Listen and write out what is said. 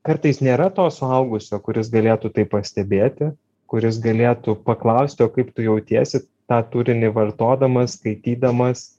kartais nėra to suaugusio kuris galėtų tai pastebėti kuris galėtų paklausti o kaip tu jautiesi tą turinį vartodamas skaitydamas